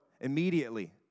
immediately